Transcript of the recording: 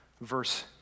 verse